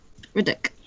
Ridic